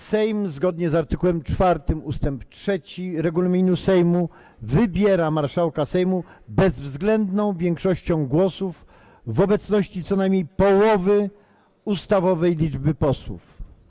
Sejm, zgodnie z art. 4 ust. 3 regulaminu Sejmu, wybiera marszałka Sejmu bezwzględną większością głosów w obecności co najmniej połowy ustawowej liczby posłów.